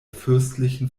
fürstlichen